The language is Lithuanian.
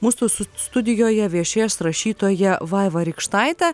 mūsų stu studijoje viešės rašytoja vaiva rykštaitė